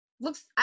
Looks